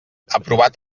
aprovat